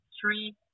three